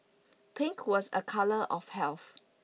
pink was a colour of health